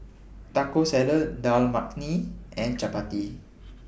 Taco Salad Dal Makhani and Chapati